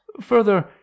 further